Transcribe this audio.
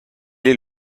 est